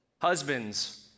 husbands